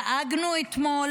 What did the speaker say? דאגנו אתמול